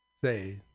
say